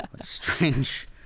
Strange